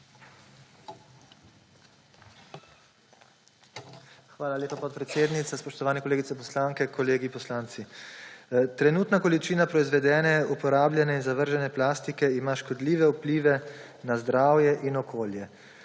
Hvala lepa, podpredsednica. Spoštovani kolegice poslanke, kolegi poslanci! Trenutna količina proizvedene, uporabljene in zavržene plastike ima škodljive vplive na zdravje in okolje.